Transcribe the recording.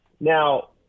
Now